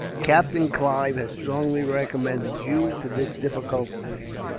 captain clive has strongly recommended you for this difficult mission.